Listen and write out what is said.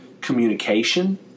communication